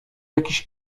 jakiś